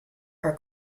are